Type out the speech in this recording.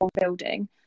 building